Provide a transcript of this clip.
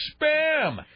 Spam